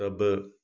तब